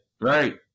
right